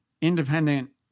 independent